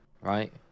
right